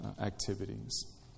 activities